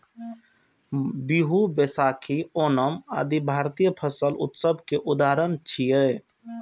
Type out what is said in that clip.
बीहू, बैशाखी, ओणम आदि भारतीय फसल उत्सव के उदाहरण छियै